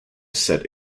set